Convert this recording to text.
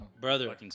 brother